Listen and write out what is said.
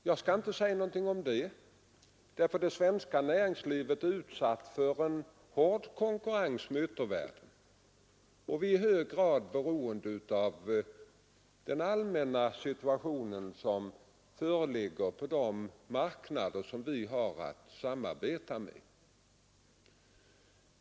Jag säger ingenting om det, ty det svenska näringslivet är utsatt för hård konkurrens från omvärlden, och vi är i hög grad beroende av den allmänna situationen på de marknader som vi arbetar på.